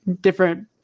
different